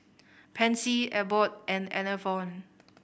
Pansy Abbott and Enervon